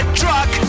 truck